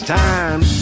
time